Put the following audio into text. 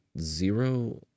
zero